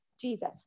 Jesus